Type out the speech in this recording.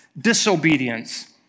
disobedience